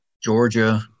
Georgia